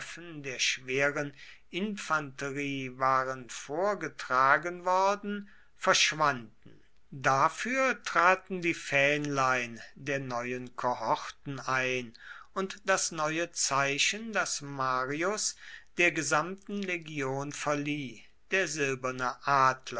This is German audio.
der schweren infanterie waren vorgetragen worden verschwanden dafür traten die fähnlein der neuen kohorten ein und das neue zeichen das marius der gesamten legion verlieh der silberne